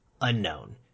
unknown